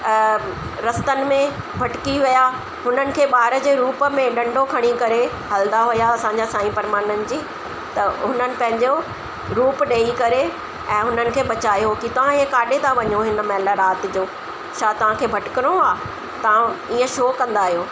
रस्तनि में भटिकी विया हुननि खे ॿार जे रूप में डंडो खणी करे हलंदा हुआ असांजा साईं परमानंद जी त हुननि पंहिंजो रूप ॾेई करे ऐं हुननि खे बचायो की तव्हां इहे काॾे था वञो हिन महिल राति जो छा तव्हांखे भटिकणो आहे तव्हां ईअं छो कंदा आहियो